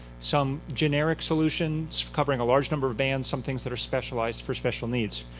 some generic solutions covering a large number of bands, some things that are specialized for special needs.